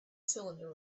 cylinder